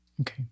Okay